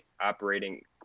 operating